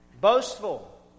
Boastful